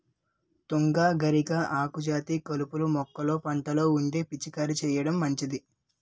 తుంగ, గరిక, ఆకుజాతి కలుపు మొక్కలు పంటలో ఉంటే పిచికారీ చేయడం మంచిది